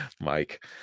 Mike